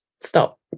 stop